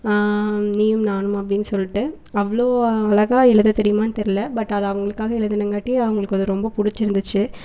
நீயும் நானும் அப்படின் சொல்லிட்டு அவ்வளோ அழகாக எழுத தெரியுமான்னு தெரில பட் அது அவங்களுக்காக எழுதனங்காட்டி அவங்களுக்கு அது ரொம்ப பிடிச்சிருந்துச்சி